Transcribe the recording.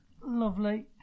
Lovely